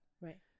Right